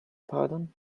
pardon